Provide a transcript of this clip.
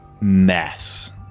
mess